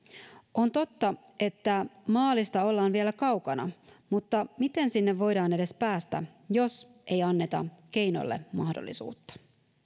on totta että maalista ollaan vielä kaukana mutta miten sinne voidaan edes päästä jos ei anneta keinoille mahdollisuutta